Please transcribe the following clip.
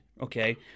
okay